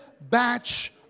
batch